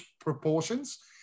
proportions